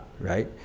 right